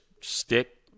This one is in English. stick